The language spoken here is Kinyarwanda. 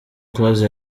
close